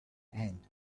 and